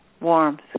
warmth